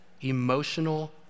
emotional